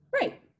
Right